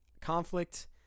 conflict